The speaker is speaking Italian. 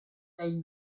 dai